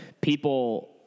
people